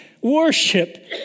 Worship